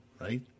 right